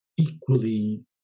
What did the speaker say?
equally